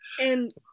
And-